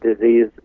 disease